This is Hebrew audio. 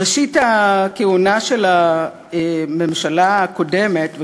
בראשית הכהונה של הממשלה הקודמת,